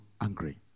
angry